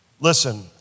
Listen